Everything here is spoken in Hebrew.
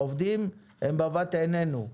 העובדים הם בבת עינינו.